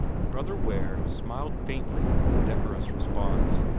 brother ware smiled faintly in decorous response,